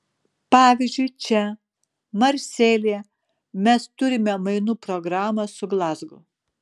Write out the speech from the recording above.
pavyzdžiui čia marselyje mes turime mainų programą su glazgu